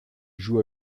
joue